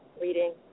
reading